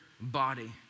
body